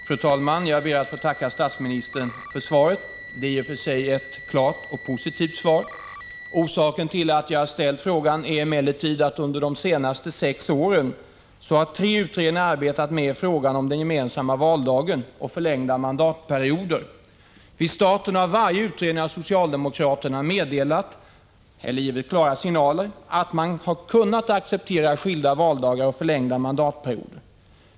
Fru talman! Jag ber att få tacka statsministern för svaret. Det är i och för sig ett klart och positivt svar. Orsaken till att jag ställt frågan är emellertid den, att under de senaste sex åren tre utredningar har arbetat med frågan om den gemensamma valdagen och förlängda mandatperioder. Vid inledningen av varje utredning har socialdemokraterna meddelat — eller givit klara signaler om —att de har kunnat acceptera skilda valdagar och förlängda mandatperioder.